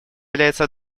является